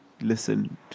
listen